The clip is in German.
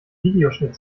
videoschnitt